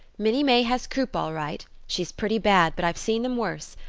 minnie may has croup all right she's pretty bad, but i've seen them worse.